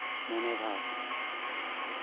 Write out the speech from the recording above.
ᱢᱚᱱᱮ ᱵᱷᱟᱵ